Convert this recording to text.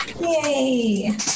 Yay